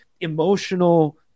emotional